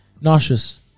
nauseous